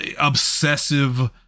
obsessive